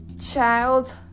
child